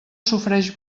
sofreix